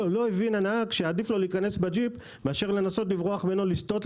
הנהג לא הבין שעדיף לו להיכנס בג'יפ מאשר לנסות לברוח ולא לסטות,